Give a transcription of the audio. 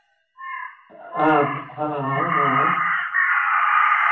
आं हां हां हां हां